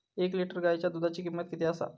एक लिटर गायीच्या दुधाची किमंत किती आसा?